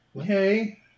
Hey